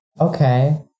Okay